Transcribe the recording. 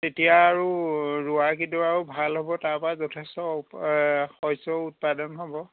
তেতিয়া আৰু ৰোৱা কেইডৰাও ভাল হ'ব তাৰ পৰা যথেষ্ট শস্য উৎপাদন হ'ব